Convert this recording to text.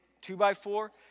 two-by-four